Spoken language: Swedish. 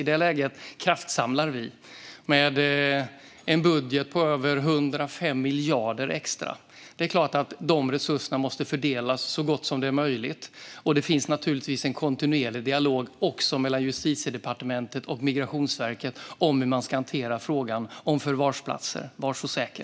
I det läget kraftsamlar vi med en budget på över 105 miljarder extra. Det är klart att de resurserna måste fördelas så gott som det är möjligt, och det finns naturligtvis en kontinuerlig dialog också mellan Justitiedepartementet och Migrationsverket om hur man ska hantera frågan om förvarsplatser, var så säker!